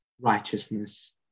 righteousness